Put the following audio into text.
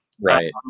Right